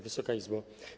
Wysoka Izbo!